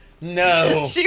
no